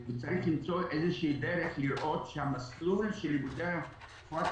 צריך למצוא איזושהי דרך לראות שהמסלול של לימודי רפואת